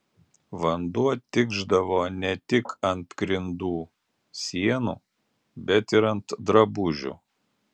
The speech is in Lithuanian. vanduo tikšdavo ne tik ant grindų sienų bet ir ant drabužių